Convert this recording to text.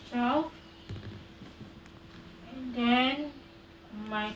well then my